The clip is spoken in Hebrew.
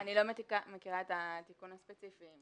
אני לא מכירה את התיקון הספציפי.